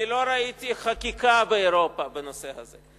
מחרימים, אני לא ראיתי חקיקה באירופה בנושא הזה.